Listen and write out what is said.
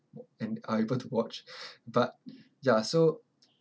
and are able to watch but ya so